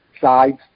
sides